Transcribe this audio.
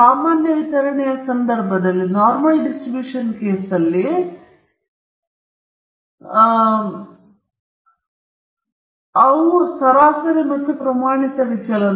ಸಾಮಾನ್ಯ ವಿತರಣೆಯ ಸಂದರ್ಭದಲ್ಲಿ ವಿತರಣೆಯ ನಿಯತಾಂಕಗಳು ಅವುಗಳೆಂದರೆ ಸರಾಸರಿ ಮತ್ತು ಪ್ರಮಾಣಿತ ವಿಚಲನ